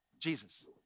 Jesus